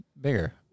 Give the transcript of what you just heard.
bigger